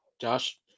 Josh